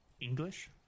English